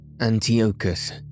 Antiochus